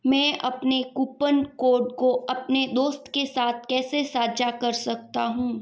मैं अपने coupon code को अपने दोस्त के साथ कैसे साझा कर सकता हूँ